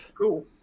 Cool